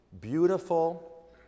beautiful